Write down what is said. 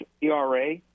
ERA